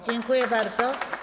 Dziękuję bardzo.